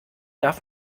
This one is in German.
darf